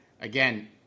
again